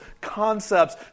concepts